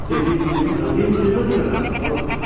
ए बिन सिबी पनि छ है बिन सिबी कति गरेर छ होला हौ